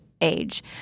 age